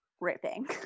ripping